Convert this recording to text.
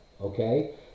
Okay